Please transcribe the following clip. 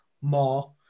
more